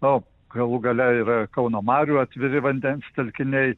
o galų gale yra kauno marių atviri vandens telkiniai